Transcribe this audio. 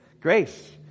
Grace